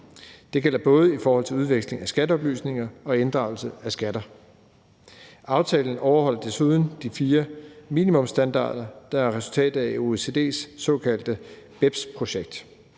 Det gælder både i forhold til udveksling af skatteoplysninger og inddragelse af skatter. Aftalen overholder desuden de fire minimumsstandarder, der er resultatet af OECD's såkaldte BEPS-projekt.